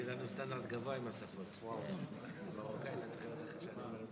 חברות וחברי הכנסת, אנא תפסו את